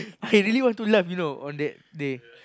I really want to laugh you know on that day